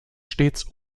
stets